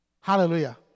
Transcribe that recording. Hallelujah